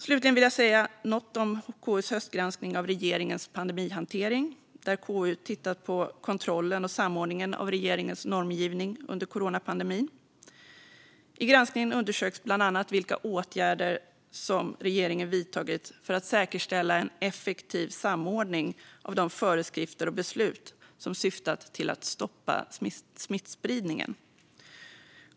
Slutligen vill jag säga något om KU:s höstgranskning av regeringens pandemihantering, där KU tittat på kontrollen och samordningen av regeringens normgivning under coronapandemin. I granskningen undersöks bland annat vilka åtgärder som regeringen vidtagit för att säkerställa en effektiv samordning av de föreskrifter och beslut som syftat till att stoppa smittspridningen.